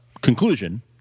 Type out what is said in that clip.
conclusion